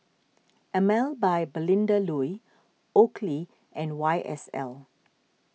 Emel by Belinda Looi Oakley and Y S L